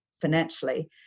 financially